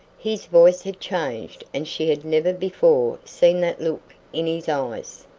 his voice had changed and she had never before seen that look in his eyes.